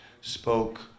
spoke